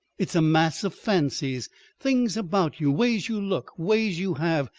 it's a mass of fancies things about you ways you look, ways you have.